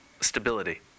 stability